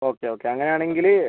okay okay അങ്ങനെ ആണെങ്കിൽ